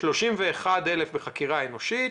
31,000 בחקירה אנושית,